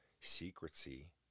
secrecy